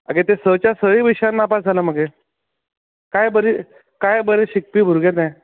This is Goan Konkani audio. आगे ते स च्या सयूय विशयान नापास जाला मगे काय बरें काय बरें शिकपी भुरगें तें